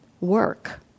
work